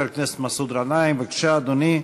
חבר הכנסת מסעוד גנאים, בבקשה, אדוני.